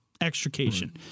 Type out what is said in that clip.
extrication